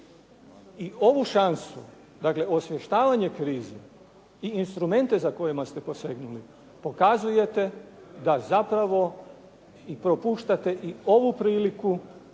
I ovu šansu, dakle osvještavanje krize i instrumente za kojima ste posegnuli pokazujete da zapravo propuštate i ovu priliku